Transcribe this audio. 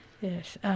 Yes